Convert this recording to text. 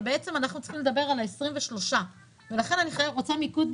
ואנחנו צריכים לדבר על 23%. לכן אני רוצה מיקוד,